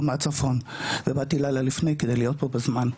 מהצפון ובאתי לילה לפני כדי להיות פה בזמן,